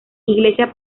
iglesia